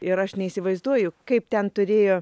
ir aš neįsivaizduoju kaip ten turėjo